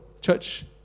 church